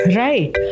right